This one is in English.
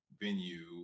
venue